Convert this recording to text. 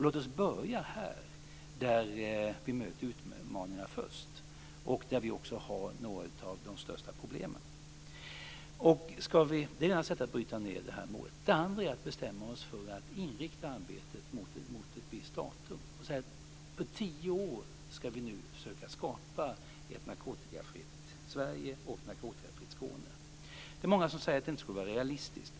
Låt oss börja där vi möter utmaningen först och där vi också har de största problemen. Den andra delen är att vi måste bestämma oss för att inrikta arbetet mot ett visst datum. På tio år ska vi nu försöka skapa ett narkotikafritt Sverige och ett narkotikafritt Skåne. Det är många som säger att det inte är realistiskt.